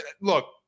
look